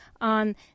on